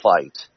fight